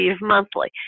monthly